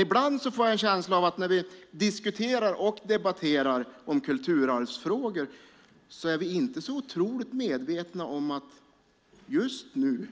Ibland får jag en känsla av att vi, när vi diskuterar kulturarvsfrågor inte är så medvetna om att vi just nu